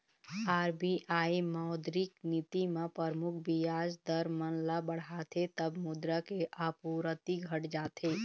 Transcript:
RBI मौद्रिक नीति म परमुख बियाज दर मन ल बढ़ाथे तब मुद्रा के आपूरति घट जाथे